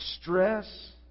stress